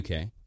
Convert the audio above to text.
UK